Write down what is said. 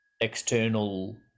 external